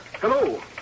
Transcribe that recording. Hello